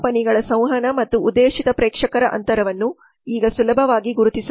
ಕಂಪನಿಗಳ ಸಂವಹನ ಮತ್ತು ಉದ್ದೇಶಿತ ಪ್ರೇಕ್ಷಕರ ಅಂತರವನ್ನು ಈಗ ಸುಲಭವಾಗಿ ಗುರುತಿಸಬಹುದು